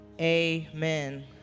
Amen